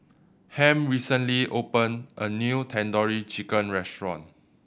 Ham recently opened a new Tandoori Chicken Restaurant